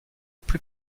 plus